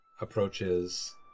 approaches